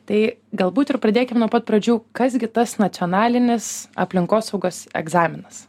tai galbūt ir pradėkim nuo pat pradžių kas gi tas nacionalinis aplinkosaugos egzaminas